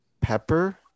Pepper